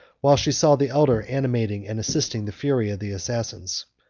while she saw the elder animating and assisting the fury of the assassins.